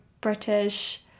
British